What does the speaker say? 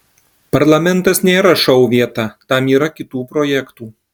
parlamentas nėra šou vieta tam yra kitų projektų